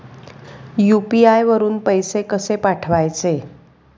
UPI वरून पैसे कसे पाठवायचे?